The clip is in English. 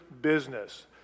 business